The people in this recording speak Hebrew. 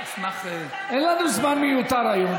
אני אשמח, אין לנו זמן מיותר היום.